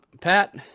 Pat